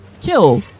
kill